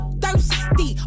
thirsty